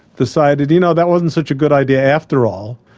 decided, you know, that wasn't such a good idea after all,